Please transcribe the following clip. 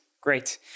great